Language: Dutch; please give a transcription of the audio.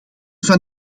van